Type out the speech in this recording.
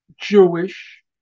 Jewish